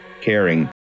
caring